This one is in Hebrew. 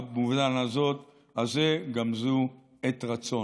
במובן הזה גם זאת עת רצון.